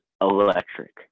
electric